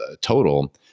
total